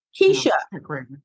Keisha